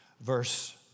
verse